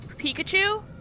Pikachu